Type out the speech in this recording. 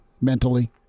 mentally